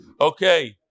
Okay